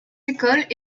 écoles